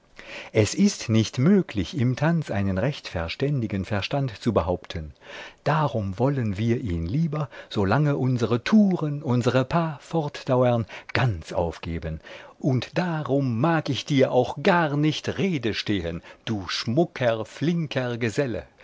es ist nicht möglich im tanz einen recht verständigen verstand zu behaupten darum wollen wir ihn lieber solange unsere touren unsere pas fortdauern ganz aufgeben und darum mag ich dir auch gar nicht rede stehen du schmucker flinker geselle